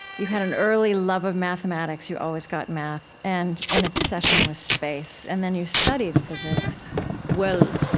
you had an early love of mathematics, you always got math, and an obsession with space. and then you studied physics well,